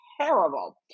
terrible